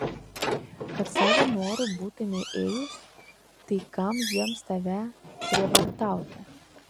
kad savo noru būtumei ėjus tai kam jiems tave prievartauti